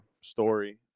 story